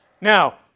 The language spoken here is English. Now